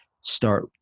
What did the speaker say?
start